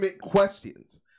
questions